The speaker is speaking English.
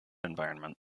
environment